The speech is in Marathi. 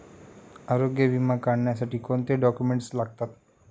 आरोग्य विमा काढण्यासाठी कोणते डॉक्युमेंट्स लागतात?